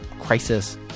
crisis